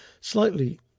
slightly